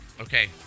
Okay